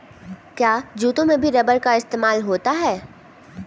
क्या जूतों में भी रबर का इस्तेमाल होता है?